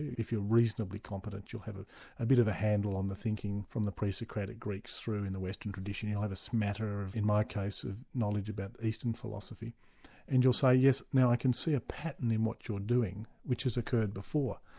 if you're reasonably competent, you'll have a a bit of a handle on the thinking from the pre-socratic greeks through in the western tradition you'll have a smatter, in my case, of knowledge about eastern philosophy and you'll say yes, now i can see a pattern in what you're doing which has occurred before.